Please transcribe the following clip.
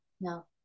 No